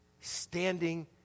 standing